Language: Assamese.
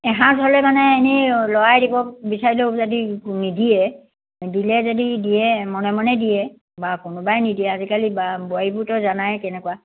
এসাঁজ হ'লে মানে এনেই ল'ৰাই দিব বিচাৰিলেও যদি নিদিয়ে নিদিলে যদি দিয়ে মনে মনে দিয়ে বা কোনোবাই নিদিয়ে আজিকালি বা বোৱাৰীবোৰতো জানাই কেনেকুৱা